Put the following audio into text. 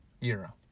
Euro